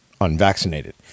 unvaccinated